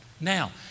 Now